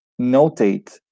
notate